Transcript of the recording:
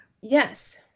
Yes